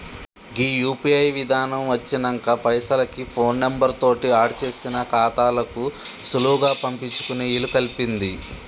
గీ UPI విధానం వచ్చినంక పైసలకి ఫోన్ నెంబర్ తోటి ఆడ్ చేసిన ఖాతాలకు సులువుగా పంపించుకునే ఇలుకల్పింది